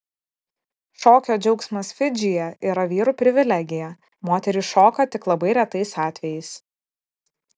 šokio džiaugsmas fidžyje yra vyrų privilegija moterys šoka tik labai retais atvejais